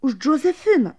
už džozefiną